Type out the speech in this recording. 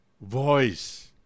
voice